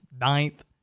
ninth